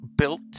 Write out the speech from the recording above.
built